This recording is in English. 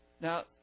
now